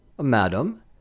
Madam